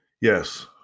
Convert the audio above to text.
yes